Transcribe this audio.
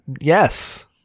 Yes